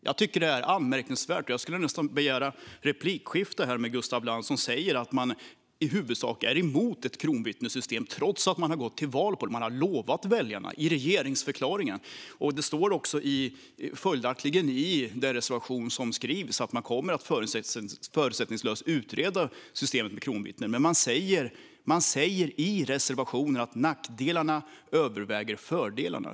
Jag tycker att det är anmärkningsvärt och skulle nästan vilja ha ett replikskifte här med Gustaf Lantz, som säger att man i huvudsak är emot ett kronvittnessystem, trots att man har gått till val på och lovat väljarna det i regeringsförklaringen. Och det står följaktligen i reservationen att man förutsättningslöst kommer att utreda systemet med kronvittnen, men man säger i reservationen att nackdelarna överväger fördelarna.